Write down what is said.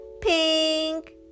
Pink